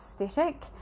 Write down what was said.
aesthetic